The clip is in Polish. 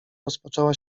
rozpoczęła